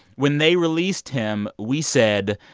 when they released him, we said,